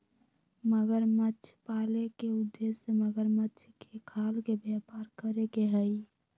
मगरमच्छ पाले के उद्देश्य मगरमच्छ के खाल के व्यापार करे के हई